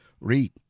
Read